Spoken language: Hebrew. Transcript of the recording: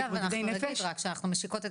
חברה אנחנו נגיד רק שאנחנו משיקות את